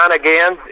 again